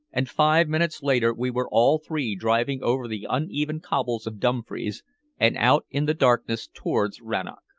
and five minutes later we were all three driving over the uneven cobbles of dumfries and out in the darkness towards rannoch.